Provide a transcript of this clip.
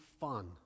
fun